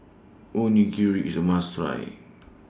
Onigiri IS A must Try